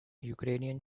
ukrainian